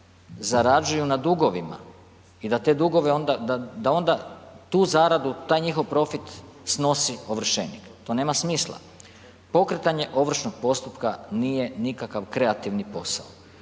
zarađuju na dugovima. I da te dugove onda, da onda tu zaradu, tu njihov profit snosi ovršenik. To nema smisla. Pokretanje ovršnog postupka nije nikakav kreativni posao.